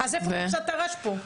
אז איפה כבשת הרש פה?